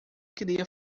queria